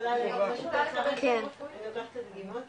אני יכולה להגיד שאני לוקחת את הדגימות